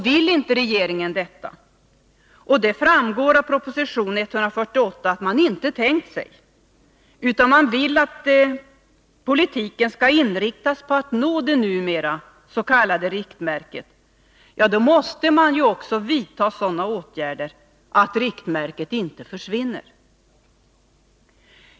Vill inte regeringen detta — och det framgår av proposition 148 att regeringen inte tänkt sig den utvecklingen, utan vill att politiken skall inriktas på att nå det numera s.k. riktmärket — då måste man vidta sådana åtgärder att riktmärket inte försvinner.